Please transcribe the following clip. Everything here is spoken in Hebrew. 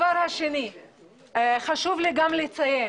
חשוב לי לציין: